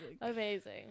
Amazing